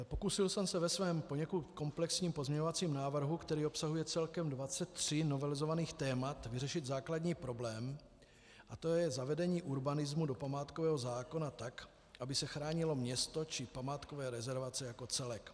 Pokusil jsem se ve svém poněkud komplexním pozměňovacím návrhu, který obsahuje celkem 23 novelizovaných témat, vyřešit základní problém, a to je zavedení urbanismu do památkového zákona tak, aby se chránilo město či památkové rezervace jako celek.